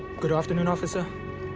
good afternoon, officer.